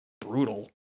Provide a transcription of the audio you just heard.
brutal